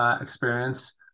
experience